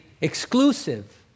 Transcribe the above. exclusive